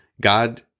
God